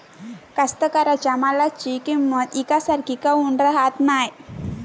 कास्तकाराइच्या मालाची किंमत यकसारखी काऊन राहत नाई?